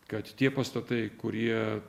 kad tie pastatai kurie